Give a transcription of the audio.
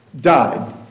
died